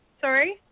Sorry